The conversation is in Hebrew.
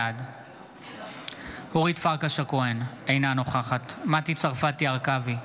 בעד אורית פרקש הכהן, אינה נוכחת מטי צרפתי הרכבי,